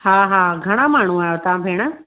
हा हा घणा माण्हू आहियो तव्हां भेण